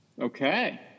Okay